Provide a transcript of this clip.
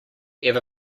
ever